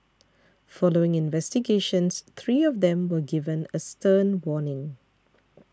following investigations three of them were given a stern warning